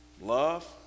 Love